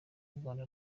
rwanda